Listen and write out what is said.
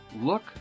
look